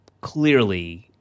clearly